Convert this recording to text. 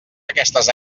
aquestes